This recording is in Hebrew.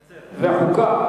וחוקה.